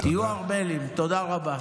תודה רבה.